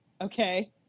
okay